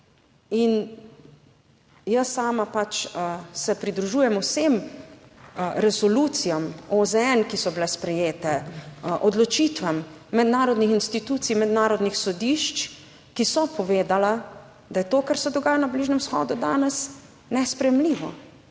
Jaz sama pač se pridružujem vsem resolucijam OZN, ki so bile sprejete, odločitvam mednarodnih institucij, mednarodnih sodišč, ki so povedale, da je to kar se dogaja na Bližnjem vzhodu danes nesprejemljivo,